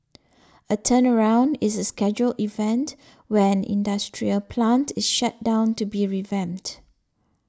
a turnaround is a scheduled event where an industrial plant is shut down to be revamped